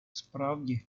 справді